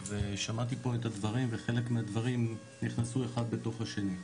ושמעתי פה את הדברים וחלק מהדברים נכנסו אחד בתוך השני,